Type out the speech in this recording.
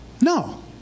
No